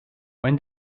when